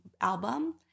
album